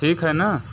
ठीक है ना